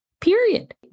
period